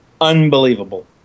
Unbelievable